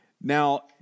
Now